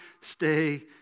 stay